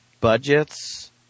budgets